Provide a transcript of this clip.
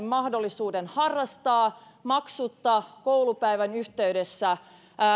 mahdollisuuden harrastaa maksutta koulupäivän yhteydessä